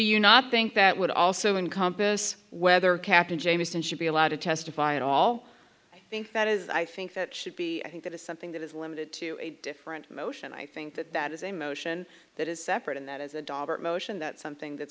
you not think that would also in compas whether captain jamieson should be allowed to testify at all i think that is i think that should be i think that is something that is limited to a different emotion i think that that is a motion that is separate and that is a dollar motion that something that's